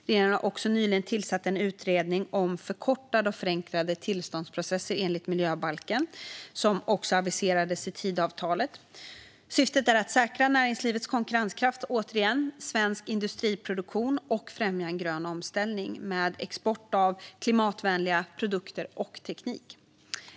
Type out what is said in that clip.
Regeringen har också nyligen tillsatt den utredning om förkortade och förenklade tillståndsprocesser enligt miljöbalken som aviserades i Tidöavtalet. Syftet är att säkra näringslivets konkurrenskraft och svensk industriproduktion och främja en grön omställning med export av klimatvänliga produkter och teknik.